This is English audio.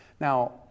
Now